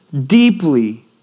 deeply